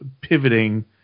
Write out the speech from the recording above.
pivoting